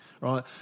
right